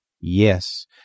Yes